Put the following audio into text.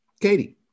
Katie